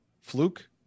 fluke